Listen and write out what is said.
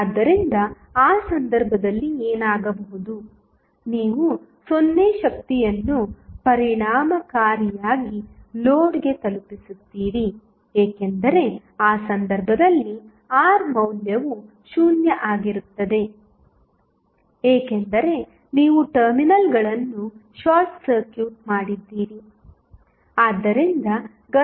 ಆದ್ದರಿಂದ ಆ ಸಂದರ್ಭದಲ್ಲಿ ಏನಾಗಬಹುದು ನೀವು 0 ಶಕ್ತಿಯನ್ನು ಪರಿಣಾಮಕಾರಿಯಾಗಿ ಲೋಡ್ಗೆ ತಲುಪಿಸುತ್ತೀರಿ ಏಕೆಂದರೆ ಆ ಸಂದರ್ಭದಲ್ಲಿ R ಮೌಲ್ಯವು 0 ಆಗಿರುತ್ತದೆ ಏಕೆಂದರೆ ನೀವು ಟರ್ಮಿನಲ್ಗಳನ್ನು ಶಾರ್ಟ್ ಸರ್ಕ್ಯೂಟ್ ಮಾಡಿದ್ದೀರಿ